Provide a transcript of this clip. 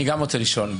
אני גם רוצה לשאול.